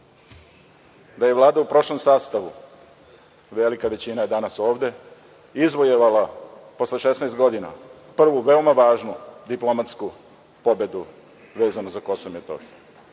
da je Vlada u prošlom sastavu, velika većina je danas ovde, izvojevala posle 16 godina prvu veoma važnu diplomatsku pobedu vezanu za Kosovo i Metohiju.